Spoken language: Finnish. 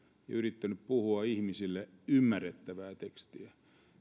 yrittänyt puhua ihmisille ymmärrettävää tekstiä